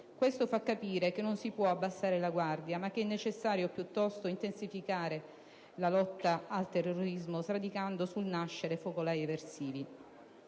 Questo fa capire che non si può abbassare la guardia, ma che è necessario piuttosto intensificare la lotta al terrorismo, sradicando sul nascere i focolai eversivi.